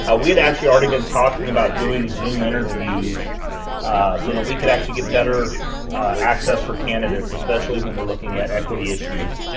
ah we've actually already been talking about doing zoom interviews so that we can actually get better access for candidates, especially when we're looking at equity issues.